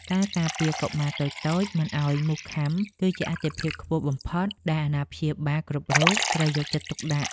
ការការពារកុមារតូចៗមិនឱ្យមូសខាំគឺជាអាទិភាពខ្ពស់បំផុតដែលអាណាព្យាបាលគ្រប់រូបត្រូវយកចិត្តទុកដាក់។